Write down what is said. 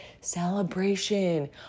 Celebration